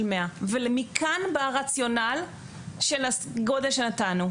100 ומכאן בא הרציונל של הגודל שנתנו.